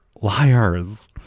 Liars